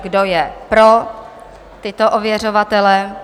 Kdo je pro tyto ověřovatele?